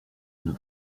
une